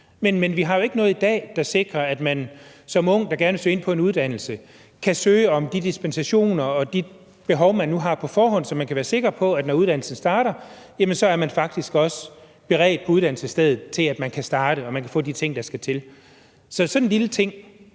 Men vi har jo ikke noget i dag, der sikrer, at man som ung, der gerne vil søge ind på en uddannelse, kan søge om de dispensationer og om at få dækket de behov, man nu har på forhånd, så man kan være sikker på, at uddannelsesstedet, når uddannelsen starter, også er beredt på, at den unge kan få de ting, der skal til. Så vil Liberal